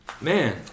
Man